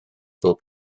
pob